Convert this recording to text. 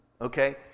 Okay